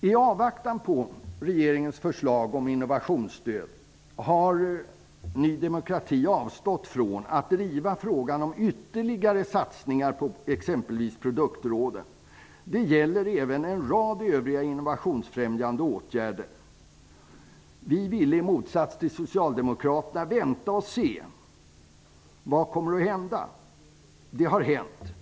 I avvaktan på regeringens förslag om innovationsstöd har Ny demokrati avstått från att driva frågan om ytterligare satsningar på exempelvis produktråden. Det gäller även en rad övriga innovationsfrämjande åtgärder. Vi ville, i motsats till Socialdemokraterna, vänta och se; vad kommer att hända? Det har nu hänt.